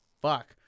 fuck